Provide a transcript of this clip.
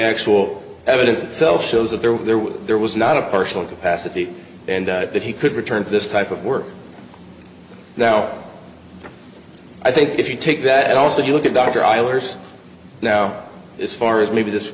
actual evidence itself shows that there was there was not a partial capacity and that he could return to this type of work now i think if you take that also you look at dr islanders now as far as maybe this